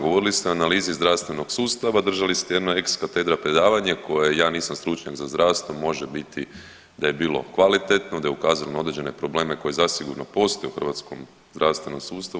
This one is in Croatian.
Govorili ste o analizi zdravstvenog sustava, držali ste jedno ex katedra predavanje koje ja nisam stručnjak za zdravstvo može biti da je bilo kvalitetno, da je ukazalo na određene probleme koji zasigurno postoje u hrvatskom zdravstvenom sustavu.